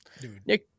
Dude